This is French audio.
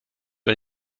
sur